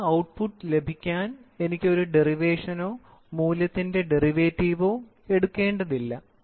അന്തിമ ഔട്ട്പുട്ട് ലഭിക്കാൻ എനിക്ക് ഒരു ഡെറിവേഷനോ മൂല്യത്തിന്റെ ഡെറിവേറ്റീവോ എടുക്കേണ്ടതില്ല